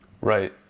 Right